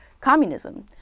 communism